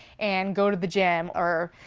and go to the gym or.